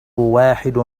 واحد